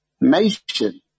nation